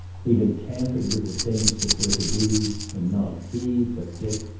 he had tampered with the things that were to be and not he, but dick,